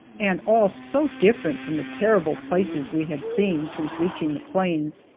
and all so different from the terrible places we had seen since reaching the plains.